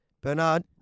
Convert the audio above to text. Bernard